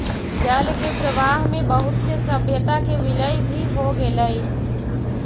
जल के प्रवाह में बहुत से सभ्यता के विलय भी हो गेलई